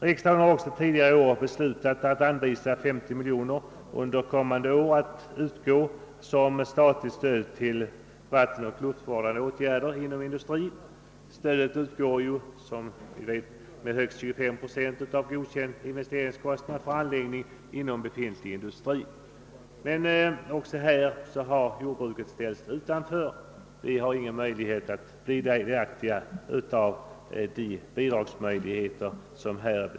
Riksdagen har också tidigare i år beslutat anvisa 50 miljoner kronor att utgå under kommande år som statligt stöd till vattenoch luftvårdande åtgärder inom industrin. Stödet utgår som vi vet med högst 25 procent av godkänd investeringskostnad för anläggning inom befintlig industri. Men också härvidlag har jordbruket ställts utanför och blir inte delaktigt av de beslutade bidragsmöjligheterna.